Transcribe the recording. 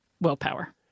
willpower